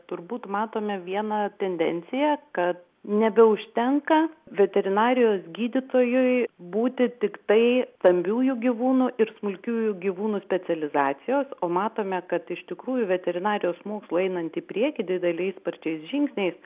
turbūt matome vieną tendenciją kad nebeužtenka veterinarijos gydytojui būti tiktai stambiųjų gyvūnų ir smulkiųjų gyvūnų specializacijos o matome kad iš tikrųjų veterinarijos mokslui einant į priekį dideliais sparčiais žingsniais